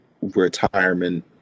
retirement